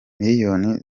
miliyoni